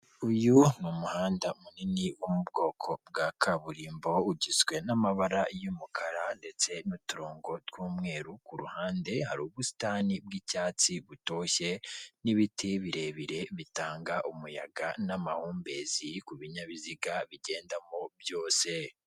Uyu ni umuhanda munini wo mu bwoko bwa kaburimbo ugizwe n'amabara y'umukara ndetse n'uturongo tw'umweru, kuruhande hari ubusitani bw'icyatsi butoshye n'ibiti birebire bitanga umuyaga n'amahumbezi ku binyabiziga bigendamo byose.